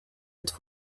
êtes